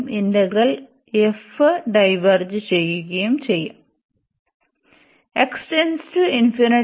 integral f diverge ചെയ്യുo